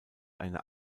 eine